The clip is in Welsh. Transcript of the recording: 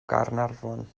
gaernarfon